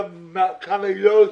אנחנו יודעים גם כמה היא לא עושה.